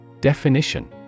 Definition